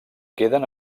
queden